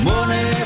Money